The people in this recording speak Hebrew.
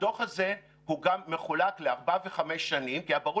הדוח הזה מחולק לארבע שנים וחמש שנים כי היה ברור